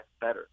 better